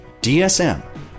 DSM